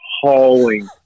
hauling